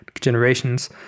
generations